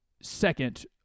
second